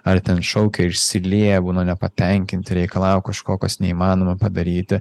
ar ten šaukia išsilieja būna nepatenkinti reikalauja kažko kas neįmanoma padaryti